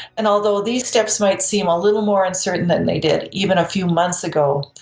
and although these steps might seem a little more uncertain than they did even a few months ago,